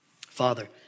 Father